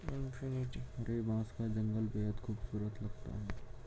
हरे बांस का जंगल बेहद खूबसूरत लगता है